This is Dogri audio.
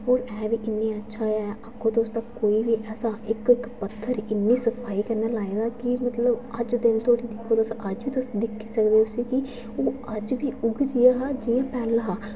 होर ऐ बी इन्नै अच्छा ऐ आखो तुस तां कोई बी ऐसा इक इक पत्थर इन्नी सफाई कन्नै लाए दा कि मतलब अज्ज दिन धोड़ी अज्ज बी तुस दिक्खी सकदे ओ कि अज्ज बी उ'ऐ देआ हा जि'यां पैह्ले हा